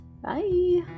Bye